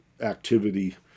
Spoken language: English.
activity